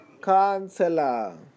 Counselor